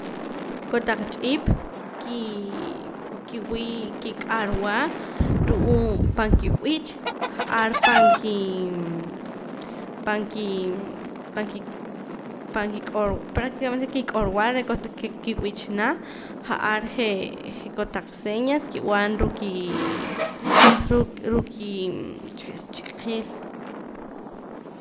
Kotaq ch'ip ki kiwii' k'arwa ru'uum pan kib'iich ja'ar pan ki pan kik'or practicamente ki' k'orwa reh cuando kej ki'b'ichana ja'ar je' je' kotaq señas kib'an ruu' kii